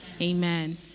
Amen